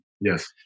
Yes